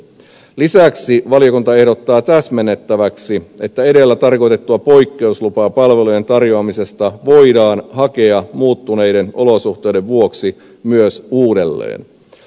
lisäksi valiokunta ehdottaa täsmennettäväksi että edellä tarkoitettua poikkeuslupaa palvelujen tarjoamisesta voidaan hakea muuttuneiden olosuhteiden vuoksi myös uudelleen